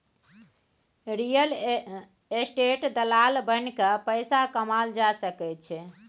real estate दलाल बनिकए पैसा कमाओल जा सकैत छै